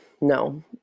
No